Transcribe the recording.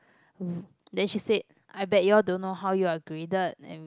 then she said I bet you all don't know how you are graded and